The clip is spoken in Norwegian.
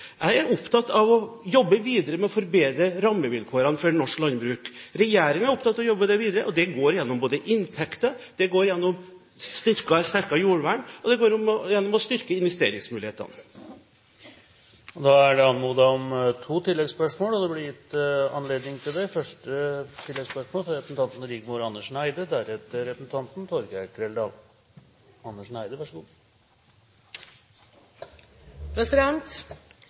Jeg er opptatt av å jobbe videre med å forbedre rammevilkårene for norsk landbruk. Regjeringen er opptatt av å jobbe videre med det, både gjennom inntekter, gjennom et sterkere jordvern og gjennom å styrke investeringsmulighetene. Det blir gitt anledning til to oppfølgingsspørsmål – først Rigmor Andersen Eide. Økt inntekt er det